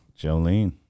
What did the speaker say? Jolene